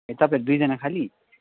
ए तपाईँहरू दुईजाना खालि